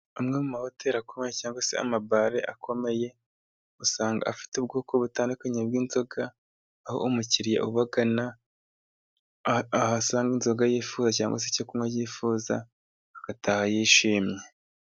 Amwe mu mahoteri cyangwa se amabare akomeye, usanga afite ubwoko butandukanye bw'inzoga, aho umukiriya ubagana ahasanga inzoga yifuza, cyangwa se icyo kunywa yifuza agataha yishimye.